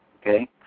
Okay